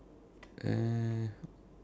uh